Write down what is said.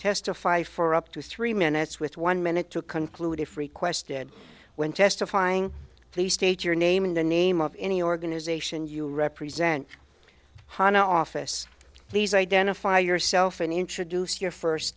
testify for up to three minutes with one minute to conclude if requested when testifying please state your name in the name of any organization you represent hon office please identify yourself and introduce your first